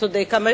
צודק.